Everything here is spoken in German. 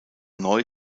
neu